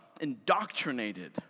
indoctrinated